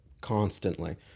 constantly